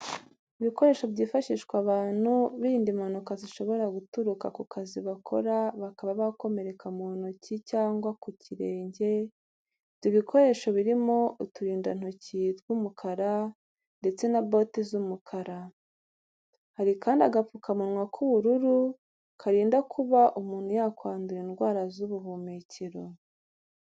Ibikoresho byifashishwa abantu birinda impanuka zishobora guturuka ku kazi bakora bakaba bakomereka mu ntoki cyangwa ku kirenge, ibyo bikoresho birimo uturindantoki tw'umukara ndetse na bote z'umukara. Hari kandi agapfukamunwa k'ubururu karinda kuba umuntu yakwandura indwara z'ubuhumekero.